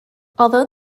although